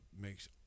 makes